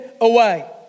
away